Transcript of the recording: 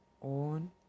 on